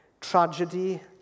tragedy